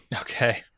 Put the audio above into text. Okay